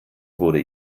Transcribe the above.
wurde